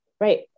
Right